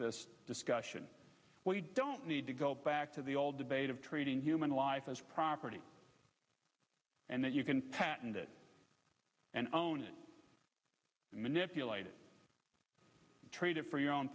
this discussion we don't need to go back to the old debate treating human life as property and that you can patent it and own it and manipulated trade it for your own